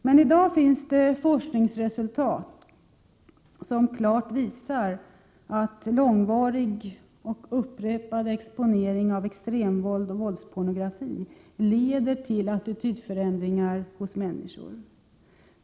I dag finns det hundratals forskningsrapporter som klart visar att långvarig och upprepad exponering för extremvåld och våldspornografi leder till attitydförändringar hos människor.